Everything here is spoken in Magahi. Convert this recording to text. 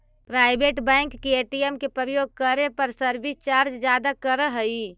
प्राइवेट बैंक के ए.टी.एम के उपयोग करे पर सर्विस चार्ज ज्यादा करऽ हइ